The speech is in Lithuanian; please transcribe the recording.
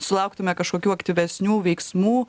sulauktume kažkokių aktyvesnių veiksmų